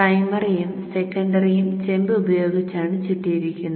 പ്രൈമറിയും സെക്കൻഡറിയും ചെമ്പുപയോഗിച്ചാണ് ചുറ്റിയിക്കുന്നത്